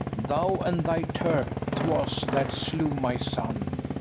thou and thy turk twas that slew my son.